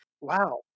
Wow